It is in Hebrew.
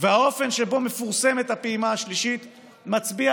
האופן שבו מפורסמת הפעימה השלישית מצביע